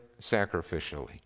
sacrificially